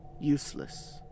useless